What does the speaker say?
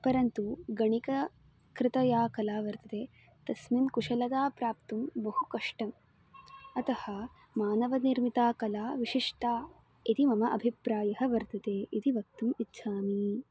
परन्तु गणकीकृता या कला वर्तते तस्मिन् कुशलता प्राप्तुं बहु कष्टम् अतः मानवनिर्मिता कला विशिष्टा इति मम अभिप्रायः वर्तते इति वक्तुम् इच्छामि